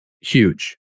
huge